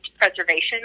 preservation